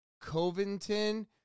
Covington